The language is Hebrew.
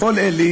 לכל אלה